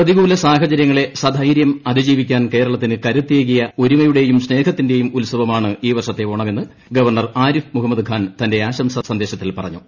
പ്രതികൂല സാഹചര്യങ്ങളെ സധൈര്യം അതിജീവിക്കാൻ കേരളത്തിന് കരുത്തേകിയ ഒരുമയുടെയും സ്നേഹത്തിന്റെയും ഉത്സവമാണ് ഈ വർഷത്തെ ഓണമെന്ന് ഗവർണർ ആരിഫ് മുഹമ്മദ് ഖാൻ തന്റെ ആശംസാ സന്ദേശത്തിൽ പറഞ്ഞു